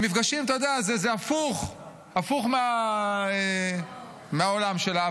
במפגשים, אתה יודע, זה הפוך, הפוך מהעולם שלה.